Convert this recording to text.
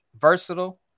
Versatile